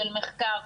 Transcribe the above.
של מחקר,